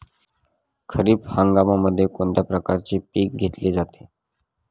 खरीप हंगामामध्ये कोणत्या प्रकारचे पीक घेतले जाते?